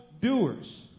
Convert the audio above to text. doers